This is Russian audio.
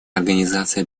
организация